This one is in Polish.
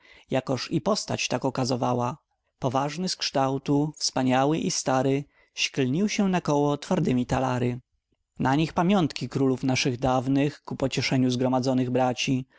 jakoż i postać tak okazywała poważny z kształtu wspaniały i stary śklnił się nakoło twardemi talary na nich pamiątki królów naszych dawnych ku pocieszeniu zgromadzonych braci